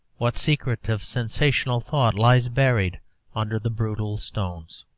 what secret of sensational thought lies buried under the brutal stones.